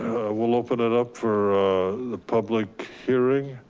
we'll open it up for the public hearing.